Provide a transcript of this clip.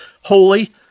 holy